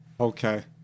Okay